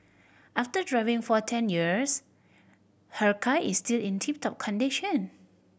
after driving for ten years her car is still in tip top condition